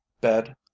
bed